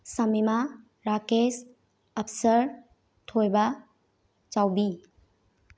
ꯁꯥꯃꯤꯃꯥ ꯔꯥꯀꯦꯁ ꯑꯛꯁꯔ ꯊꯣꯏꯕ ꯆꯥꯎꯕꯤ